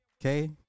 Okay